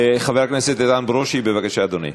חבר הכנסת איתן ברושי, בבקשה, אדוני.